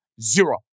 Zero